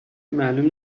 معلوم